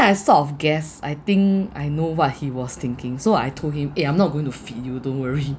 I sort of guess I think I know what he was thinking so I told him eh I'm not going to feed you don't worry